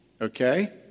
Okay